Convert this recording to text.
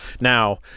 Now